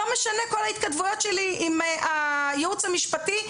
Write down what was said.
לא משנה כל ההתכתבויות שלי עם הייעוץ המשפטי,